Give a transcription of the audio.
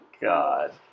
God